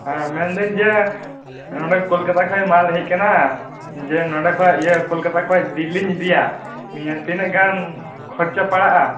ᱦᱮᱸ ᱢᱮᱱᱮᱫᱟ ᱧ ᱡᱮ ᱱᱚᱸᱰᱮ ᱠᱳᱞᱠᱟᱛᱟ ᱠᱷᱚᱡ ᱢᱟᱞ ᱦᱮᱡ ᱟᱠᱟᱱᱟ ᱡᱮ ᱱᱚᱸᱰᱮ ᱠᱷᱚᱡ ᱠᱳᱞᱠᱟᱛᱟ ᱠᱷᱚᱡ ᱫᱤᱞᱞᱤᱧ ᱤᱫᱤᱭᱟ ᱱᱤᱭᱟᱸ ᱛᱤᱱᱟ ᱜ ᱜᱟᱱ ᱠᱷᱚᱨᱪᱟ ᱯᱟᱲᱟᱜ ᱟ